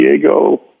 Diego